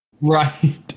Right